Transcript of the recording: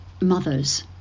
mothers